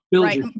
Right